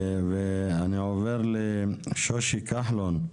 אני עובר לשושי כחלון,